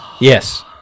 yes